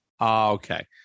Okay